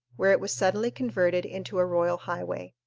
where it was suddenly converted into a royal highway.